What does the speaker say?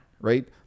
right